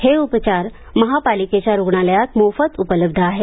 हे उपचार महापालिकेच्या रुग्णालयात मोफत उपलब्ध आहेत